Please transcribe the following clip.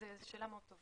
זאת שאלה מאוד טובה.